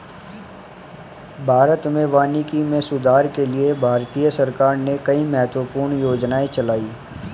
भारत में वानिकी में सुधार के लिए भारतीय सरकार ने कई महत्वपूर्ण योजनाएं चलाई